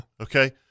Okay